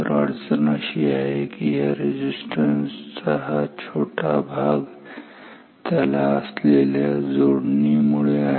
अडचण अशी आहे की या रेजिस्टन्सचा हा छोटा भाग त्याला असलेल्या जोडणीमुळे आहे